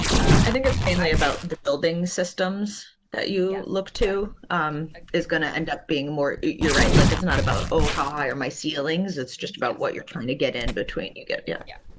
i think it's mainly about the building systems that you look to is going to end up being more. you're right like, it's not about oh, hi. er, my ceilings. it's just about what you're trying to get in between you get. yeah yeah,